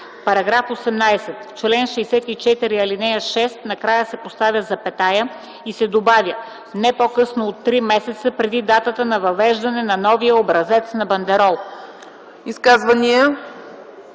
„§ 18. В чл. 64, ал. 6 накрая се поставя запетая и се добавя „не по-късно от три месеца преди датата на въвеждане на новия образец на бандерол”.”